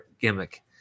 gimmick